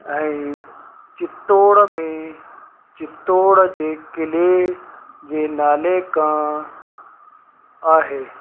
ऐं चित्तोड़ में चित्तोड़ जे क़िले जे नाले खां आहे